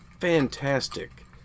fantastic